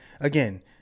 again